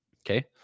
Okay